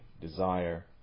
desire